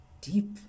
deep